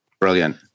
Brilliant